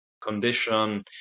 condition